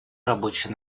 рабочей